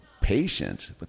patience